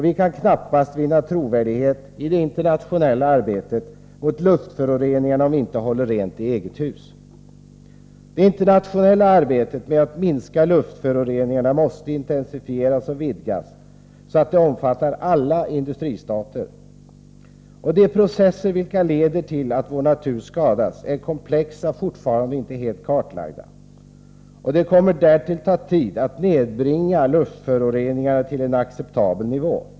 Vi kan knappast vinna trovärdighet i det internationella arbetet mot luftföroreningar om vi inte håller rent i eget hus. Det internationella arbetet med att minska luftföroreningarna måste intensifieras och vidgas, så att det omfattar alla industristater. De processer som leder till att vår natur skadas är komplexa och fortfarande inte helt kartlagda. Därtill kommer det att ta tid att nedbringa luftföroreningarna till en acceptabel nivå.